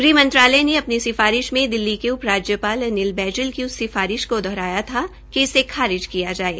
गृहमंत्रालय ने अपनी सिफारिश में दिल्ली के उप राज्यपाल अनिल बैजल की उस सिफारिश को दोहराया था कि इसे खारिज किया जाये